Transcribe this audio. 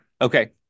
Okay